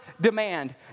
demand